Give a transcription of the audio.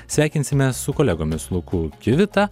sveikinsimės su kolegomis luku kivita